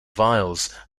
vials